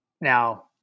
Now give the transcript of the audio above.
now